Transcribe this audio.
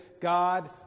God